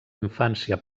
infància